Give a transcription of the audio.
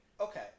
Okay